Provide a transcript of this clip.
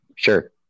Sure